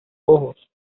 ojos